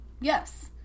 Yes